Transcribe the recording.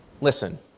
listen